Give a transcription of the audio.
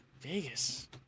Vegas